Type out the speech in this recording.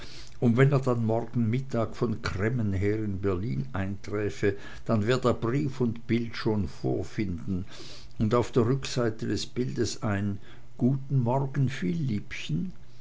und wenn er dann morgen mittag von cremmen her in berlin einträfe dann werd er brief und bild schon vorfinden und auf der rückseite des bildes ein guten morgen